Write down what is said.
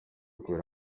kubera